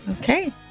okay